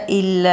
il